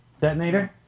Detonator